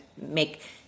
make